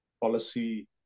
policy